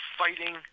fighting